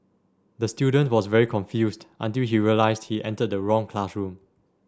the student was very confused until he realised he entered the wrong classroom